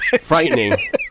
Frightening